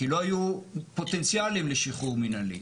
כי לא יהיו פוטנציאלים לשחרור מנהלי.